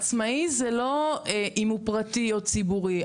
עצמאי זה לא אם הוא פרטי או ציבורי,